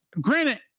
Granted